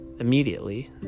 Immediately